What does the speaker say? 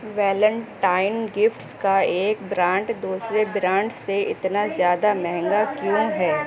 Valentine gifts کا ایک brand دوسرے برانڈ سے اتنا زیادہ مہنگا کیوں ہے